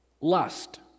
lust